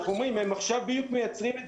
אנחנו אומרים עכשיו הם בדיוק מייצרים את זה,